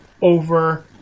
over